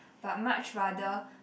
but much rather